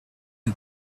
the